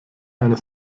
einer